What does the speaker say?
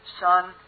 Son